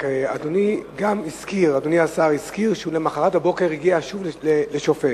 אדוני השר הזכיר שלמחרת בבוקר הוא הגיע שוב לשופט.